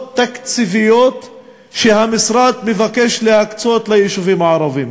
תקציביות שהמשרד מבקש להקצות ליישובים הערביים.